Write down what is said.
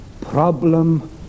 problem